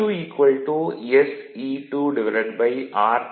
I2 sE2 r2jsx2